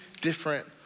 different